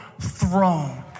throne